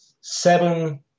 seven